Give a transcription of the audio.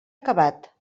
acabat